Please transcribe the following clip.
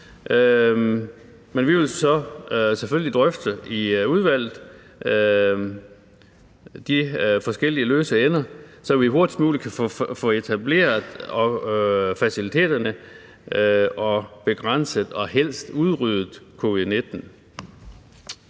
Men vi vil selvfølgelig drøfte de forskellige løse ender i udvalget, så vi hurtigst muligt kan få etableret faciliteterne og begrænset og helst udryddet covid-19.